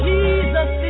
Jesus